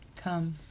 Come